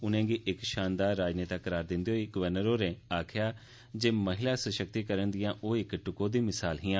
उनेंगी इक शानदार राजनेता करार दिंदे होई गवर्नर होरें आक्खेआ जे महिला शसक्तिकरण दियां ओ इक टकोह्दी मिसाल हियां